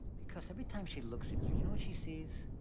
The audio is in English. because every time she looks at you, you know what she sees?